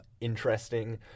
interesting